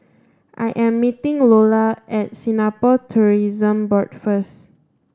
I am meeting Lola at Singapore Tourism Board first